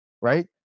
right